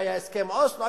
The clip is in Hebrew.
היה הסכם אוסלו,